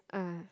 ah